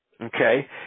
Okay